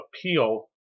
appeal